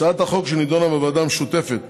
הצעת החוק שנדונה בוועדה המשותפת